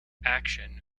action